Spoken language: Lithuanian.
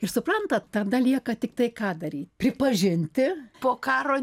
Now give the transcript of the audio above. ir suprantat tada lieka tiktai ką daryti pripažinti po karo